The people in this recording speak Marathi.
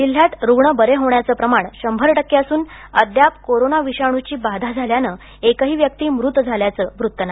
जिल्ह्यात रुग्ण बरे होण्याचे प्रमाण शंभर टक्के असून अद्याप कोरोना विषाणूची बाधा झाल्याने एकही व्यक्ती मृत झाल्याचं वृत्त नाही